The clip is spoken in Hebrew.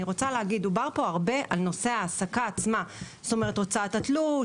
דובר פה הרבה על נושא ההעסקה עצמה; הוצאת התלוש,